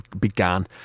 began